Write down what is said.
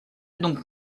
donc